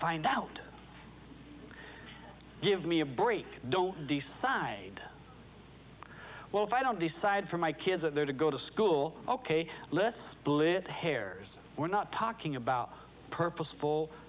find out give me a break don't decide well if i don't decide for my kids that they're to go to school ok let's lift hairs we're not talking about purposeful